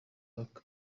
back